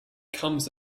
comes